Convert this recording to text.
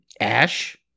Ash